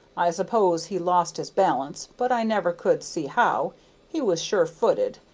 i suppose he lost his balance, but i never could see how he was sure-footed,